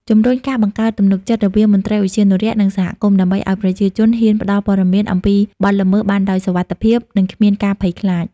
ជំរុញការបង្កើតទំនុកចិត្តរវាងមន្ត្រីឧទ្យានុរក្ស និងសហគមន៍ ដើម្បីឲ្យប្រជាជនហ៊ានផ្តល់ព័ត៌មានអំពីបទល្មើសបានដោយសុវត្ថិភាព និងគ្មានការភ័យខ្លាច។